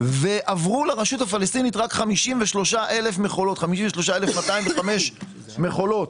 ועברו לרשות הפלסטינית רק 53,205 מכולות.